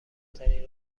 ترین